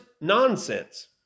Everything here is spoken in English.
nonsense